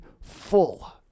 full